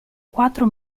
quattro